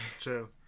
True